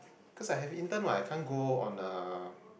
cause I have intern what I can't go on a